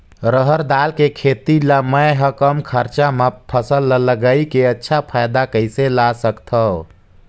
रहर दाल के खेती ला मै ह कम खरचा मा फसल ला लगई के अच्छा फायदा कइसे ला सकथव?